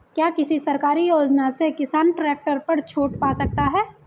क्या किसी सरकारी योजना से किसान ट्रैक्टर पर छूट पा सकता है?